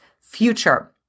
future